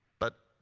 but,